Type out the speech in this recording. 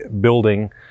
building